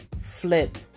flip